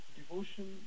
devotion